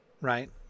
right